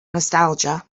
nostalgia